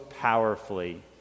powerfully